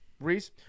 Reese